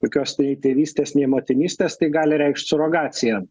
jokios nei tėvystės nei motinystės tai gali reikšt surogaciją